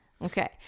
Okay